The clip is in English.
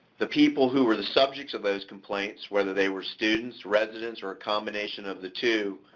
the people who were the subjects of those complaints, whether they were students, residents, or a combination of the two,